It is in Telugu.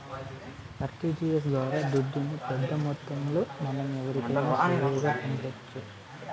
ఆర్టీజీయస్ ద్వారా దుడ్డుని పెద్దమొత్తంలో మనం ఎవరికైనా సులువుగా పంపొచ్చు